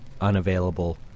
unavailable